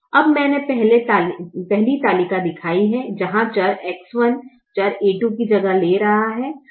अब मैंने पहली तालिका दिखाई है जहाँ चर X1 चर a2 की जगह ले रहा है